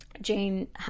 Jane